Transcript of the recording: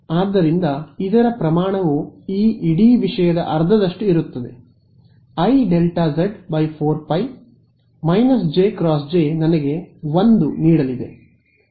ಆದ್ದರಿಂದ ಇದರ ಪ್ರಮಾಣವು ಈ ಇಡೀ ವಿಷಯದ ಅರ್ಧದಷ್ಟು ಇರುತ್ತದೆ IΔz 4π j × j ನನಗೆ 1 ನೀಡಲಿದೆ